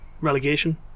relegation